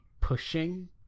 pushing